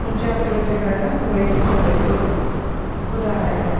ಮುಂಜಾಗ್ರತೆಗಳನ್ನ ವಹಿಸ್ಕೋಬೇಕು ಉದಾಹರಣೆ